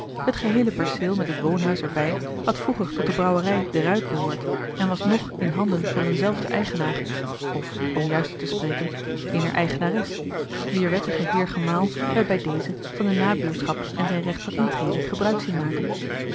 het geheele perceel met het woonhuis er bij had vroeger tot de brouwerij de ruit behoord en was ng in handen van een zelfden eigenaar of om juister te spreken eener eigenares wier wettige heer gemaal wij bij dezen van de nabuurschap en zijn recht van intrede gebruik zien maken